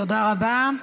תודה רבה.